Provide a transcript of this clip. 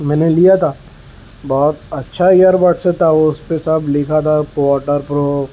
میں نے لیا تھا بہت اچھا ایئربڈس تھا اس پہ سب لکھا تھا واٹرپروف